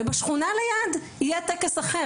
ובשכונה ליד יהיה טקס אחר.